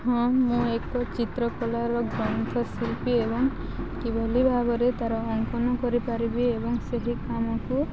ହଁ ମୁଁ ଏକ ଚିତ୍ରକଳାର ଗ୍ରନ୍ଥଶିଳ୍ପୀ ଏବଂ କିଭଳି ଭାବରେ ତା'ର ଅଙ୍କନ କରିପାରିବି ଏବଂ ସେହି କାମକୁ